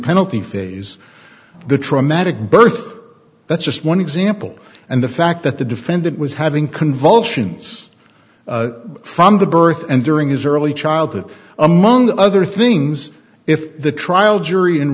penalty phase the traumatic birth that's just one example and the fact that the defendant was having convulsions from the birth and during his early childhood among other things if the trial jury